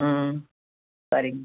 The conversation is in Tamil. ம் ம் சரிங்க